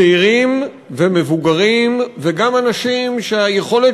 צעירים ומבוגרים וגם אנשים שהיכולת